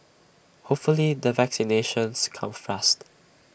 hopefully the vaccinations come fast